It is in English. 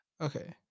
Okay